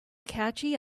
catchy